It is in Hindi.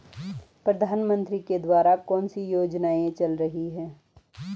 प्रधानमंत्री के द्वारा कौनसी योजनाएँ चल रही हैं?